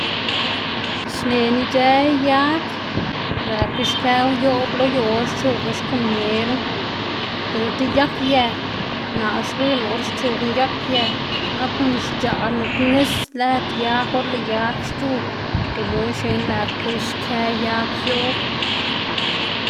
xnená ic̲h̲ë yag lëꞌkga xkëwu yoꞌb lo yu or xchugma xkomieru, diꞌl ti yagyë naꞌ xwiyná or xchugná yagyë nap xc̲h̲aꞌ nup nis lëd yag or lëꞌ yag xc̲h̲ug gununa xnená lëꞌkga xkë yag yoꞌb.